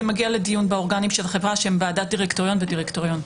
זה מגיע לדיון באורגנים של חברה שהם ועדת דירקטוריון ודירקטוריון.